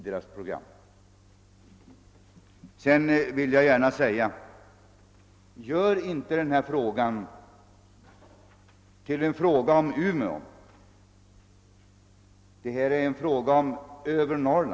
Sedan vill jag gärna säga: Gör inte denna fråga till en fråga om Umeå!